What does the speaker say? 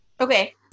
Okay